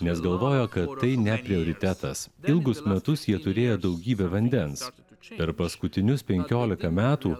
nes galvojo kad tai ne prioritetas ilgus metus jie turėjo daugybę vandens per paskutinius penkiolika metų